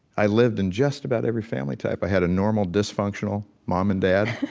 i lived in just about every family type. i had a normal dysfunctional mom and dad